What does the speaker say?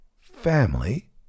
Family